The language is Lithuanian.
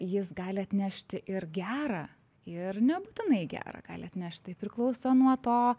jis gali atnešti ir gera ir nebūtinai gera gali atnešt tai priklauso nuo to